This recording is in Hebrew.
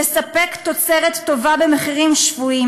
לספק תוצרת טובה במחירים שפויים.